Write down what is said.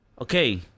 okay